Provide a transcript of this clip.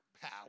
power